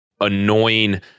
annoying